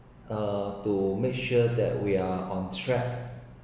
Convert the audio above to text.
uh to make sure that we are on track